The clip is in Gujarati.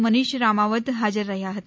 મનીષ રામાવત હાજર રહ્યા હતા